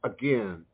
again